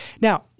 Now